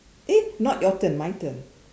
eh not your turn my turn